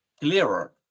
clearer